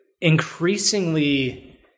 increasingly